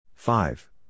Five